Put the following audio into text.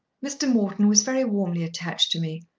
mr. morton was very warmly attached to me.